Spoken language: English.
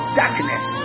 darkness